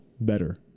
better